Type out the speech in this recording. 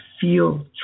feel